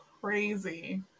crazy